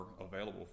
available